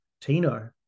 Tino